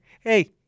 Hey